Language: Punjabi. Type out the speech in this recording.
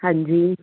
ਹਾਂਜੀ